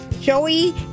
joey